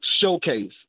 showcase